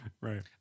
Right